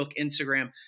Instagram